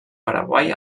paraguai